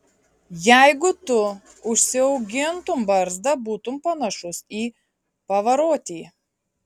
jeigu tu užsiaugintum barzdą būtum panašus į pavarotį